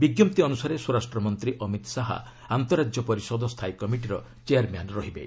ବିଜ୍ଞପ୍ତି ଅନୁସାରେ ସ୍ୱରାଷ୍ଟ୍ର ମନ୍ତ୍ରୀ ଅମିତ୍ ଶାହା ଆନ୍ତଃରାଜ୍ୟ ପରିଷଦ ସ୍ଥାୟୀ କମିଟିର ଚେୟାର୍ମ୍ୟାନ୍ ରହିବେ